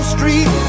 Street